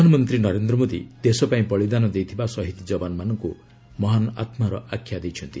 ପ୍ରଧାନମନ୍ତ୍ରୀ ନରେନ୍ଦ୍ର ମୋଦୀ ଦେଶପାଇଁ ବଳିଦାନ ଦେଇଥିବା ସହିଦ ଯବାନମାନଙ୍କୁ ମହାନ ଆତ୍ମାର ଆଖ୍ୟା ଦେଇଛନ୍ତି